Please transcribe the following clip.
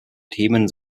themen